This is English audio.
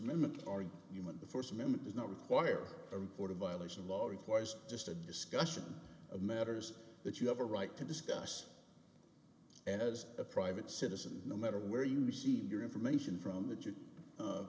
amendment or human the st amendment does not require a report a violation of law requires just a discussion of matters that you have a right to discuss and as a private citizen no matter where you receive your information from that you